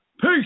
peace